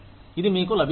ఇది మీకు లభిస్తుంది